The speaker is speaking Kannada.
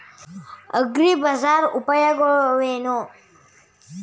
ಅಗ್ರಿಬಜಾರ್ ನ ಉಪಯೋಗವೇನು?